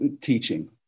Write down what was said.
teaching